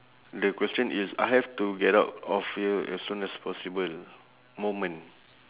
the question is I have to get out of here as soon as possible moment